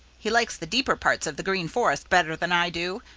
he likes the deeper parts of the green forest better than i do,